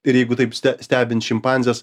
ir jeigu taip ste stebint šimpanzes